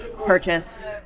purchase